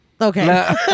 Okay